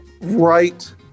right